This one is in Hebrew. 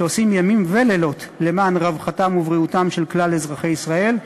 שעושים ימים ולילות למען רווחתם ובריאותם של כלל אזרחי ישראל.